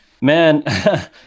Man